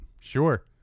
Sure